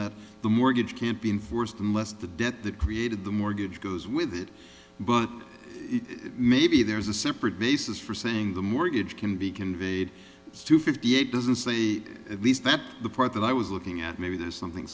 that the mortgage can't be enforced unless the debt that created the mortgage goes with it but maybe there's a separate basis for saying the mortgage can be conveyed to fifty eight doesn't say at least that's the part that i was looking at maybe there's something